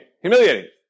humiliating